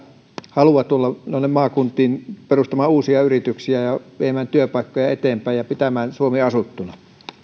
halua tulla noihin maakuntiin perustamaan uusia yrityksiä ja viemään työpaikkoja eteenpäin ja pitämään suomi asuttuna